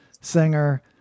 singer